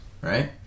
right